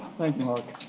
thank you, mark.